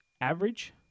average